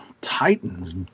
Titans